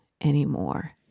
anymore